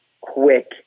quick